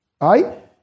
right